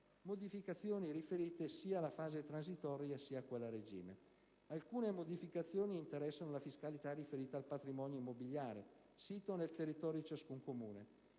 modificazioni riferite sia alla fase transitoria che a quella a regime, alcune interessano la fiscalità riferita al patrimonio immobiliare sito nel territorio di ciascun Comune.